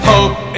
Hope